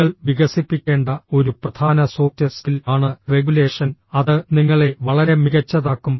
നിങ്ങൾ വികസിപ്പിക്കേണ്ട ഒരു പ്രധാന സോഫ്റ്റ് സ്കിൽ ആണ് റെഗുലേഷൻ അത് നിങ്ങളെ വളരെ മികച്ചതാക്കും